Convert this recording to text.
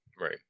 right